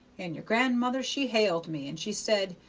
and your grandmother she hailed me, and she said,